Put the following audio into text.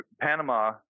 Panama